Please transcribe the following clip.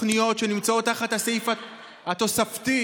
שנמצאות תחת הסעיף התוספתי,